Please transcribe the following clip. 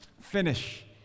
finish